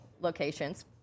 locations